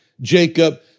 Jacob